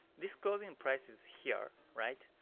this closing price is here, right?